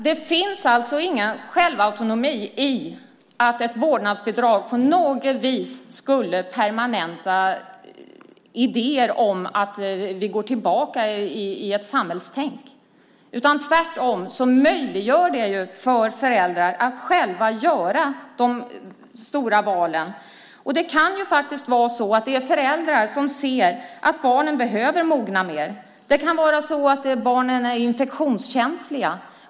Det finns ingen självautonomi i att ett vårdnadsbidrag på något vis skulle permanenta idéer om att vi går tillbaka i samhällstänkandet. Tvärtom möjliggör detta för föräldrar att själva göra de stora valen. Det kan handla om föräldrar som ser att barnen behöver mogna mer. Barnen kanske är infektionskänsliga.